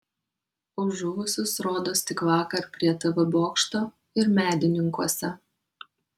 už žuvusius rodos tik vakar prie tv bokšto ir medininkuose